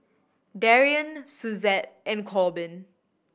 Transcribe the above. Darion Suzette and Corbin